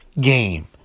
game